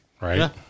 Right